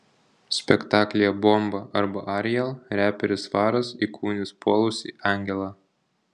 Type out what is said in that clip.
spektaklyje bomba arba ariel reperis svaras įkūnys puolusį angelą